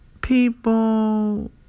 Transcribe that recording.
People